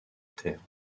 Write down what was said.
terre